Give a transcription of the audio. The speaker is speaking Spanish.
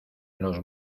los